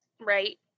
Right